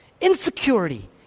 insecurity